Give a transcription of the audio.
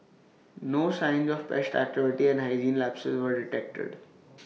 no signs of pest activity and hygiene lapses were detected